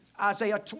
Isaiah